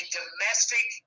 domestic